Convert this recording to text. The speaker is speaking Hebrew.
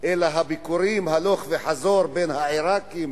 אלא הביקורים הלוך וחוזר בין העירקים